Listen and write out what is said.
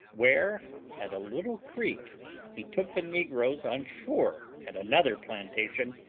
where at a little creek he took the negroes on shore at another plantation,